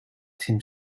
tim